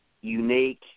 unique